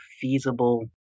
feasible